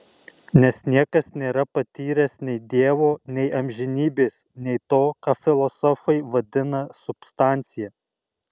nes niekas nėra patyręs nei dievo nei amžinybės nei to ką filosofai vadina substancija